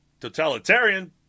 Totalitarian